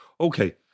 Okay